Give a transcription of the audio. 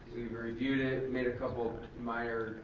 reviewed it, made a couple minor,